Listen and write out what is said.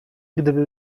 gdyby